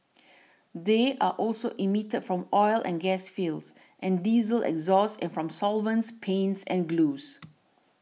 they are also emitted from oil and gas fields and diesel exhaust and from solvents paints and glues